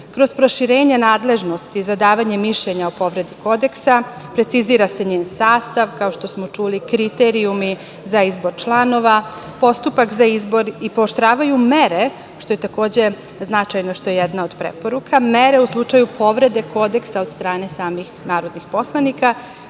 kroz proširenja nadležnosti za davanje mišljenja o povredi Kodeksa, precizira se njen sastav, kao što smo čuli, kriterijumi za izbor članova, postupak za izbor i pooštravaju mere, što je takođe značajno, što je jedna od preporuka, mere u slučaju povrede Kodeksa od strane samih narodnih poslanika,